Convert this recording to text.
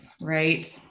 right